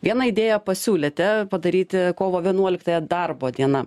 vieną idėją pasiūlėte padaryti kovo vienuoliktąją darbo diena